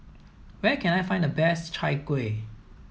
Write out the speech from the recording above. where can I find the best chai kueh